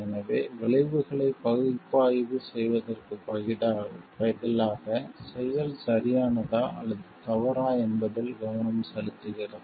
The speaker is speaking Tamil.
எனவே விளைவுகளை பகுப்பாய்வு செய்வதற்குப் பதிலாக செயல் சரியானதா அல்லது தவறா என்பதில் கவனம் செலுத்துகிறது